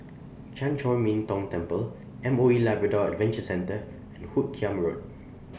Chan Chor Min Tong Temple M O E Labrador Adventure Centre and Hoot Kiam Road